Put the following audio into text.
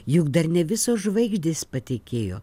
juk dar ne visos žvaigždės patekėjo